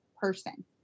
person